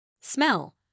Smell